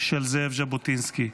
של זאב ז'בוטינסקי.